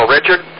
Richard